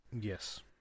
Yes